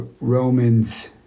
Romans